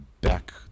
back